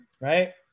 right